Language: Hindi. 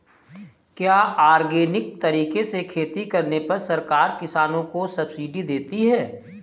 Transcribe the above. क्या ऑर्गेनिक तरीके से खेती करने पर सरकार किसानों को सब्सिडी देती है?